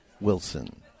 Wilson